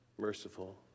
merciful